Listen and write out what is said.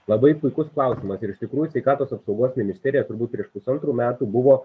labai puikus klausimas ir iš tikrųjų sveikatos apsaugos ministerija turbūt prieš pusantrų metų buvo